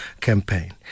campaign